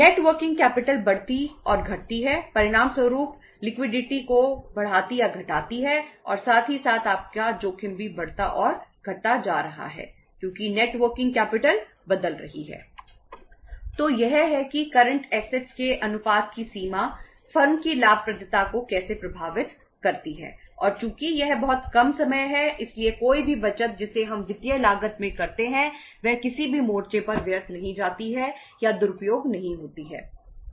net working capital के अनुपात की सीमा फर्म की लाभप्रदता को कैसे प्रभावित करती है और चूंकि यह बहुत कम समय है इसलिए कोई भी बचत जिसे हम वित्तीय लागत में करते हैं वह किसी भी मोर्चे पर व्यर्थ नहीं जाती है या दुरुपयोग नहीं होती है